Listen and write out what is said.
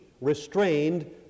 restrained